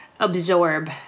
Absorb